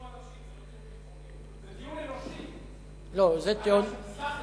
רצחו אנשים, זה טיעון אנושי, זה לא טיעון ביטחוני.